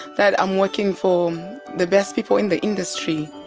that i'm working for the best people in the industry.